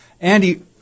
Andy